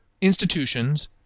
institutions